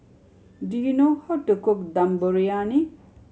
do you know how to cook Dum Briyani